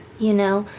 you know?